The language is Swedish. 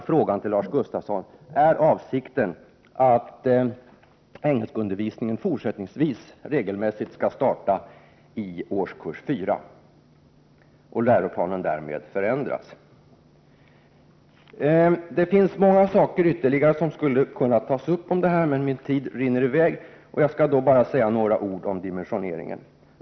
Frågan till Lars Gustafsson blir alltså: Är avsikten att undervisningen i engelska fortsättningsvis som regel skall starta i årskurs 4 och läroplanen därmed förändras? Det finns många ytterligare saker som skulle kunna tas upp beträffande detta. Men min taletid rinner i väg, varför jag bara skall säga några ord om dimensioneringen.